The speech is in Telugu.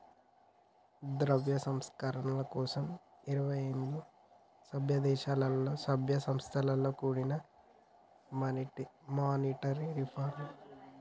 ద్రవ్య సంస్కరణల కోసం ఇరవై ఏడు సభ్యదేశాలలో, సభ్య సంస్థలతో కూడినదే మానిటరీ రిఫార్మ్